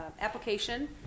application